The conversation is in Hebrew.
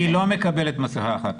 היא לא מקבלת מסכה אחת ליום.